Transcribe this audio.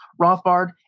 Rothbard